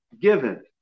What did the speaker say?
Given